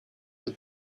the